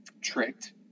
tricked